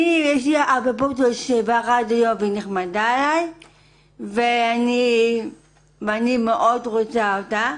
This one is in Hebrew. יש לי אפוטרופוס שהיא נחמדה אלי ואני מאוד רוצה אותה.